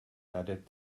added